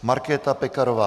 Markéta Pekarová